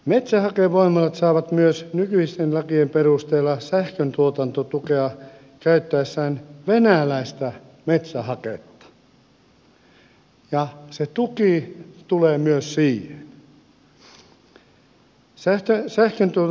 metsähakevoimalat saavat myös nykyisten lakien perusteella sähköntuotantotukea käyttäessään venäläistä metsähaketta ja se tuki tulee myös siihen